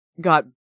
got